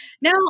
Now